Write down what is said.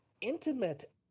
intimate